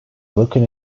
looking